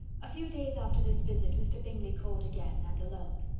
a few days after this visit, mr. bingley called again, and alone.